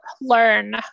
learn